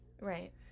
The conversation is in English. Right